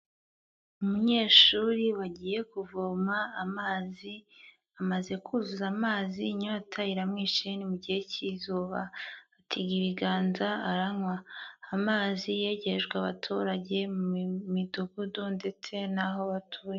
Umunyeshuri wagiye kuvoma amazi, amaze kuzuza amazi, inyota iramwishe ni mu gihe cy'izuba, atega ibiganza aranywa, amazi yegerejwe abaturage mu midugudu ndetse n'aho batuye.